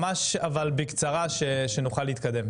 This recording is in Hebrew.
ממש אבל בקצרה שנוכל להתקדם.